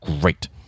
great